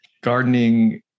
Gardening